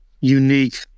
unique